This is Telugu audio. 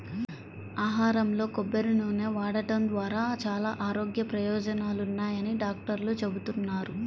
ఆహారంలో కొబ్బరి నూనె వాడటం ద్వారా చాలా ఆరోగ్య ప్రయోజనాలున్నాయని డాక్టర్లు చెబుతున్నారు